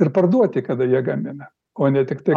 ir parduoti kada jie gamina o ne tiktai